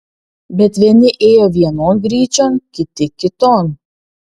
bet vieni ėjo vienon gryčion kiti kiton